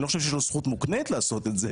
אני לא חושב שיש לו זכות מוקנית לעשות את זה